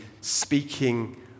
speaking